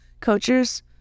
Coaches